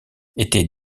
étaient